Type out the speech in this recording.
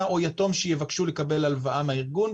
או יתום שיבקשו לקבל הלוואה מהארגון,